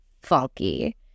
funky